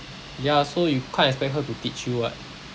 ya so you can't expect her to teach you [what]